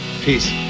peace